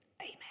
Amen